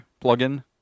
plugin